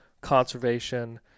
conservation